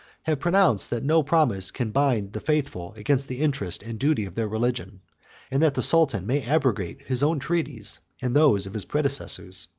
have pronounced that no promise can bind the faithful against the interest and duty of their religion and that the sultan may abrogate his own treaties and those of his predecessors.